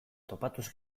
topatuz